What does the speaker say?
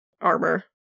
armor